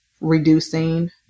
reducing